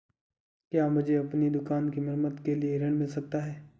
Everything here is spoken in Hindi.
क्या मुझे अपनी दुकान की मरम्मत के लिए ऋण मिल सकता है?